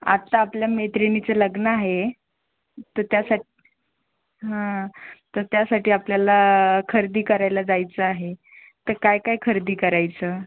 आत्ता आपल्या मैत्रिणीचे लग्न आहे तर त्यासाठी तर त्यासाठी आपल्याला खरेदी करायला जायचं आहे तर काय काय खरेदी करायचं